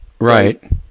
Right